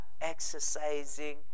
exercising